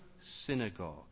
synagogue